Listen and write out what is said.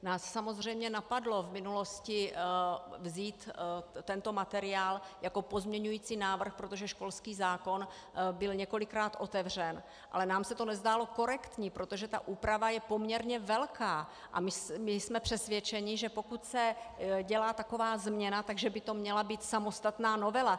Nás samozřejmě napadlo v minulosti vzít tento materiál jako pozměňující návrh, protože školský zákon byl několikrát otevřen, ale nám se to nezdálo korektní, protože ta úprava je poměrně velká a my jsme přesvědčeni, že pokud se dělá taková změna, měla by to být samostatná novela.